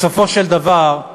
בסופו של דבר,